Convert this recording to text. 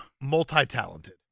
Multi-talented